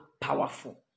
powerful